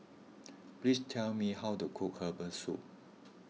please tell me how to cook Herbal Soup